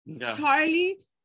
Charlie